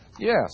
Yes